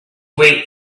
way